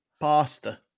Pasta